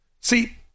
See